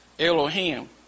Elohim